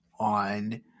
on